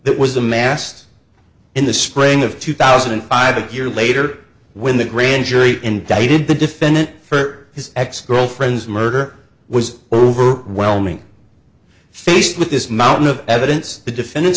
that was amassed in the spring of two thousand and five a year later when the grand jury indicted the defendant for his ex girlfriends murder was overwhelming faced with this mountain of evidence the defen